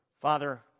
Father